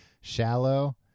shallow